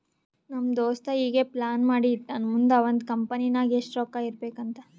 ನಮ್ ದೋಸ್ತ ಈಗೆ ಪ್ಲಾನ್ ಮಾಡಿ ಇಟ್ಟಾನ್ ಮುಂದ್ ಅವಂದ್ ಕಂಪನಿ ನಾಗ್ ಎಷ್ಟ ರೊಕ್ಕಾ ಇರ್ಬೇಕ್ ಅಂತ್